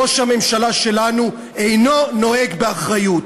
ראש הממשלה שלנו אינו נוהג באחריות.